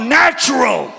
natural